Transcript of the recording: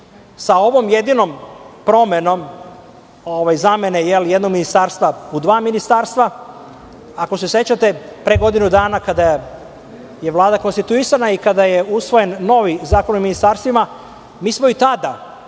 sa ovom jedinom promenom zamene jednog ministarstva u dva ministarstva, ako se sećate, pre godinu dana, kada je Vlada konstituisana i kada je usvojen novi Zakon o ministarstvima, mi smo i tada,